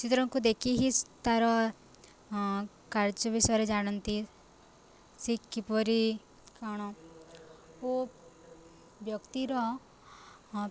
ଚିତ୍ରଙ୍କୁ ଦେଖି ହି ତାର କାର୍ଯ୍ୟ ବିଷୟରେ ଜାଣନ୍ତି ସେ କିପରି କଣ ଓ ବ୍ୟକ୍ତିର